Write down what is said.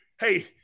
hey